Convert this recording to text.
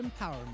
empowerment